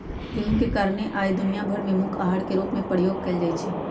गेहूम के कारणे आइ दुनिया भर में मुख्य अहार के रूप में प्रयोग कएल जाइ छइ